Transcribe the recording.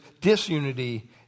disunity